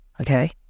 Okay